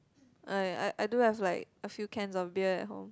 I I I do have like a few cans of beer at home